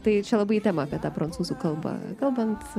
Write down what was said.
tai čia labai į temą apie tą prancūzų kalbą kalbant